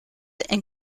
and